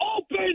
open